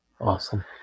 Awesome